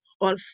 on